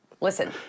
Listen